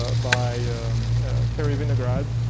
ah by terry winograd,